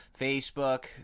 Facebook